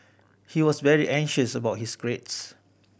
he was very anxious about his grades